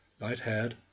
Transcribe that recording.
light-haired